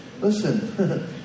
Listen